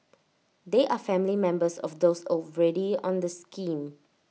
they are family members of those already on the scheme